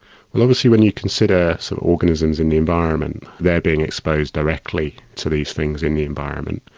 obviously when you consider so organisms in the environment they are being exposed directly to these things in the environment.